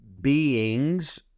beings